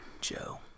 Joe